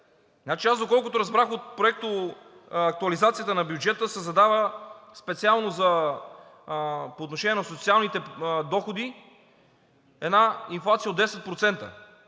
Доколкото разбрах от проекта на актуализацията на бюджета, специално по отношение на социалните доходи се задава инфлация от 10%.